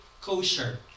kosher